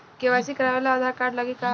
KYC करावे ला Aadhaar card लागी का?